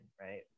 right